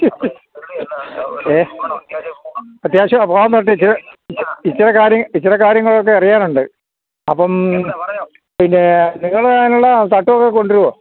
അത്യാവശ്യമാണ് പോകാന് വരട്ടെ ഇത്തിരി കാര്യങ്ങളൊക്കെ അറിയാനുണ്ട് അപ്പം പിന്നെ നിങ്ങള് അതിനുള്ള തട്ടൊക്കെ കൊണ്ടുവരുമോ